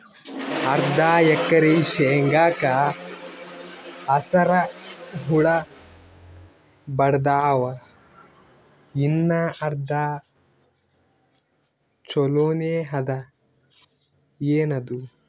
ಅರ್ಧ ಎಕರಿ ಶೇಂಗಾಕ ಹಸರ ಹುಳ ಬಡದಾವ, ಇನ್ನಾ ಅರ್ಧ ಛೊಲೋನೆ ಅದ, ಏನದು?